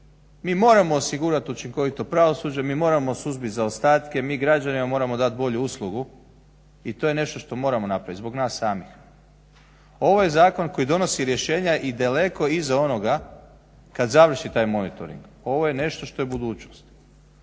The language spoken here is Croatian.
Mi moramo osigurat učinkovito pravosuđe, mi moramo suzbit zaostatke. Mi građanima moramo dat bolju uslugu i to je nešto što moramo napraviti zbog nas samih. Ovo je zakon koji donosi rješenja i daleko iza onoga kad završi taj monitoring. Ovo je nešto što je budućnost.